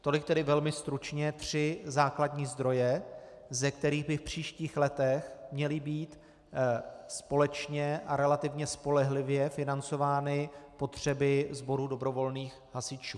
Tolik tedy velmi stručně tři základní zdroje, ze kterých by v příštích letech měly být společně a relativně spolehlivě financovány potřeby sboru dobrovolných hasičů.